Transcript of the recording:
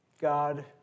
God